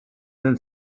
then